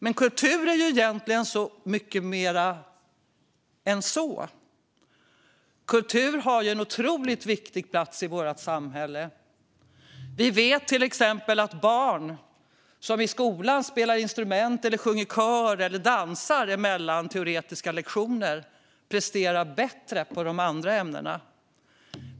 Men kultur är egentligen mycket mer än så. Kultur har en otroligt viktig plats i vårt samhälle. Vi vet till exempel att barn i skolan som spelar instrument, sjunger i kör eller dansar mellan teoretiska lektioner presterar bättre i de andra ämnena.